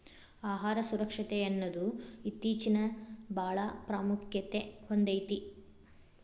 ಆಹಾರ ಸುರಕ್ಷತೆಯನ್ನುದು ಇತ್ತೇಚಿನಬಾಳ ಪ್ರಾಮುಖ್ಯತೆ ಹೊಂದೈತಿ